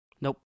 nope